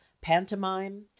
pantomime